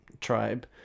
tribe